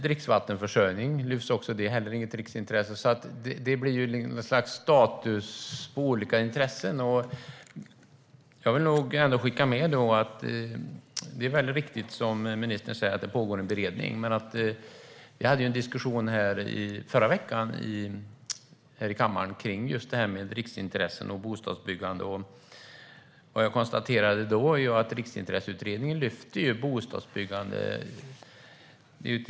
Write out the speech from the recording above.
Dricksvattenförsörjning lyfts också fram, men det är inte heller ett riksintresse. Det blir ett slags status på olika intressen. Det är riktigt, som ministern säger, att det pågår en beredning. Vi hade en diskussion i förra veckan i kammaren om riksintressen och bostadsbyggande. Jag konstaterade då att Riksintresseutredningen lyfter upp bostadsbyggande.